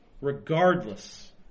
Regardless